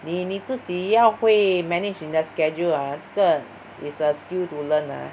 你你自己要会 manage 你的 schedule ah 这个 is a skill to learn lah